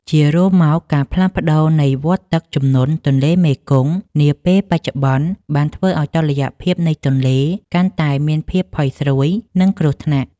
ជារួមមក ការផ្លាស់ប្តូរនៃវដ្តទឹកជំនន់ទន្លេមេគង្គនាពេលបច្ចុប្បន្ន បានធ្វើឱ្យតុល្យភាពនៃទន្លេ កាន់តែមានភាពផុយស្រួយ និងគ្រោះថ្នាក់។